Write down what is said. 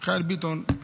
מיכאל ביטון,